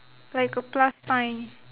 like a plus sign